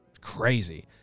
Crazy